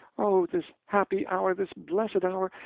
oh, this happy hour, this blessed hour,